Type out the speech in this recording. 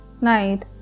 night